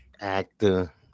actor